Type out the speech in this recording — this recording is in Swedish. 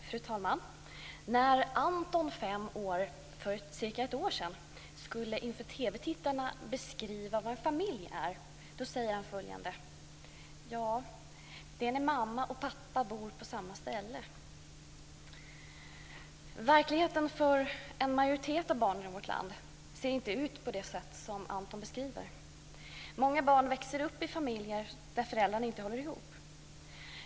Fru talman! När Anton, fem år, för cirka ett år sedan inför TV-tittarna skulle beskriva vad en familj är sade han: Det är när mamma och pappa bor på samma ställe. Verkligheten för en majoritet av barnen i vårt land ser inte ut på det sätt som Anton beskriver. Många barn växer upp i familjer där föräldrarna inte håller ihop.